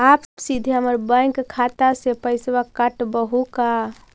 आप सीधे हमर बैंक खाता से पैसवा काटवहु का?